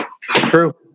True